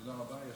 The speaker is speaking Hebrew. תודה רבה.